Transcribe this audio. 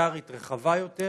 אלמנטרית רחבה יותר